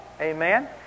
Amen